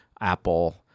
Apple